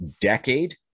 decade